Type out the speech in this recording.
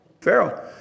Pharaoh